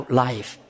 life